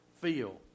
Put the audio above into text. feel